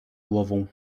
głową